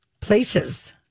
places